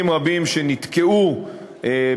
האירוע.